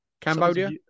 Cambodia